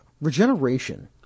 Regeneration